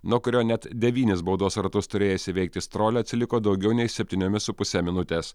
nuo kurio net devynis baudos ratus turėjęs įveikti strolia atsiliko daugiau nei septyniomis su puse minutės